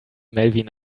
melvin